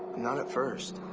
inot at first.